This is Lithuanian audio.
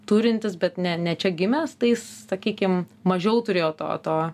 turintis bet ne ne čia gimęs tai jis sakykim mažiau turėjo to to